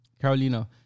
Carolina